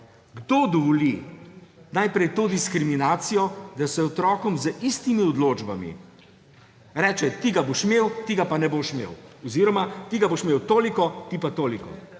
Kdo dovoli najprej to diskriminacijo, da se otrokom z istimi odločbami reče, ti ga boš imel, ti ga pa ne boš imel oziroma ti ga boš imel toliko, ti pa toliko?